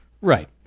Right